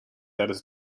tijdens